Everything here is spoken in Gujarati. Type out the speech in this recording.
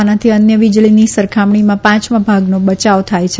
આનાથી અન્ય વિજળીની સરખામણીમાં પાંચમાં ભાગનો બયાવ થાય છે